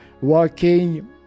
walking